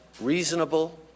reasonable